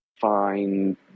find